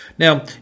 Now